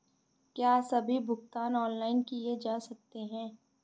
क्या सभी भुगतान ऑनलाइन किए जा सकते हैं?